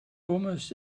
almost